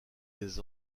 des